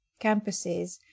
campuses